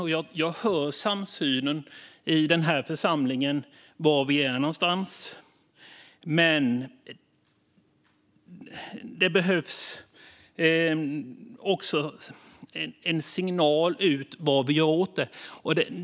Jag hör att vi har en samsyn i den här församlingen om var vi befinner oss någonstans, men det behövs också en signal ut om vad vi gör åt det.